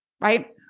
right